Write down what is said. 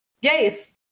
Yes